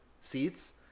seats